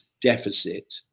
deficit